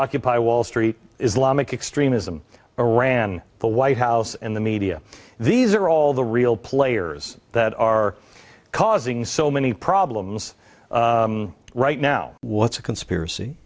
occupy wall street islamic extremism or ran the white house and the media these are all the real players that are causing so many problems right now what's a conspiracy